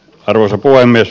arvoisa puhemies